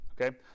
okay